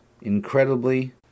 incredibly